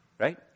Right